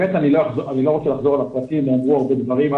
אני לא רוצה לחזור על הפרטים, נאמרו הרבה דברים.